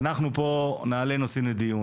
אנחנו נעלה פה נושאים לדיון,